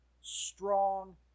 strong